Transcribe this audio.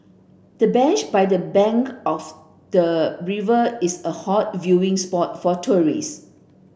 the bench by the bank of the river is a hot viewing spot for tourist